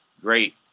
Great